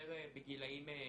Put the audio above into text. יותר בגילאים גדולים,